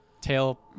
Tail